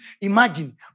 Imagine